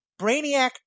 Brainiac